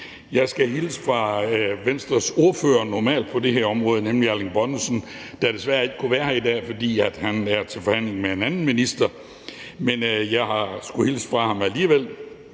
der normalt er Venstres ordfører på det her område, nemlig Erling Bonnesen, der desværre ikke kunne være her i dag, fordi han er til forhandlinger med en anden minister. Men jeg skulle hilse fra ham alligevel.